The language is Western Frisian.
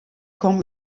kom